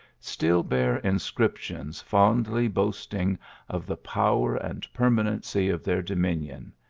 still bear inscriptions fondly boasting of the power and permanency of their dominion,